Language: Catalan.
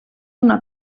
una